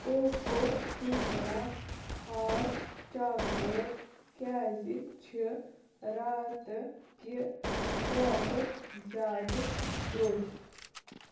cocoa سوٗترا hot chocolate کیٛازِ چھِ راتہٕ کہِ کھۄتہٕ زیادٕ درٛوٚگۍ